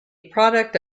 product